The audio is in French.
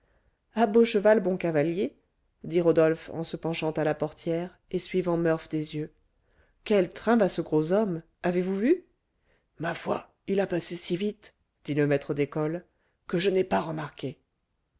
à beau cheval bon cavalier dit rodolphe en se penchant à la portière et suivant murph des yeux quel train va ce gros homme avez-vous vu ma foi il a passé si vite dit le maître d'école que je n'ai pas remarqué